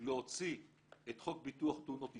להוציא את חוק ביטוח תאונות אישיות,